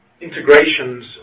integrations